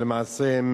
שלמעשה הם